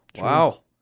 wow